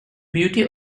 beauty